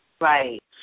Right